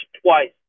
twice